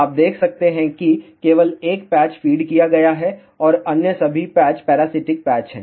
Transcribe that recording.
आप देख सकते हैं कि केवल एक पैच फीड किया गया है और अन्य सभी पैच पैरासिटिक पैच हैं